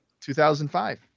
2005